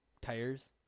tires